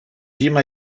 zima